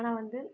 ஆனால் வந்து